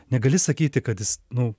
negali sakyti kad jis nu